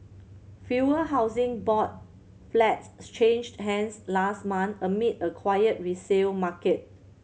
fewer Housing Board flats changed hands last month amid a quiet resale market